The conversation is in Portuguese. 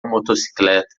motocicleta